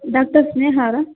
doctor Sneha ಅವ್ರಾ